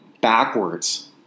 backwards